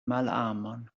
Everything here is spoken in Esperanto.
malamon